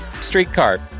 streetcar